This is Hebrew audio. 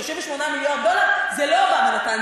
38 מיליארד דולר זה לא אובמה נתן,